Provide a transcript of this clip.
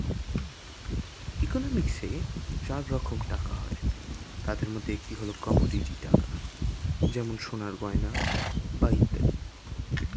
ইকোনমিক্সে চার রকম টাকা হয়, তাদের মধ্যে একটি হল কমোডিটি টাকা যেমন সোনার গয়না বা ইত্যাদি